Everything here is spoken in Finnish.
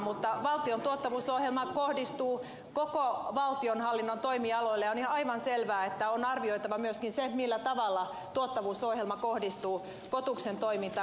mutta valtion tuottavuusohjelma kohdistuu koko valtionhallinnon toimialoille ja on ihan aivan selvää että on arvioitava myöskin se millä tavalla tuottavuusohjelma kohdistuu kotuksen toimintaan